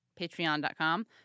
patreon.com